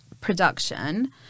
production